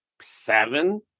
seven